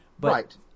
right